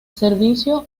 servicio